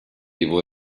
его